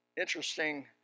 Interesting